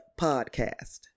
Podcast